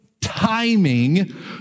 timing